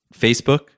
Facebook